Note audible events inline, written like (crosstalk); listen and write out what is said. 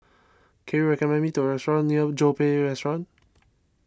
can you recommend me to restaurant near (unintelligible) restaurant